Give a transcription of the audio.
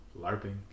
LARPing